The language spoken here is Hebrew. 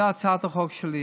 זאת הצעת החוק שלי.